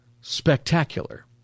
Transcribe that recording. spectacular